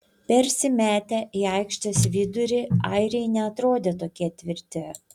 persimetę į aikštės vidurį airiai neatrodė tokie tvirti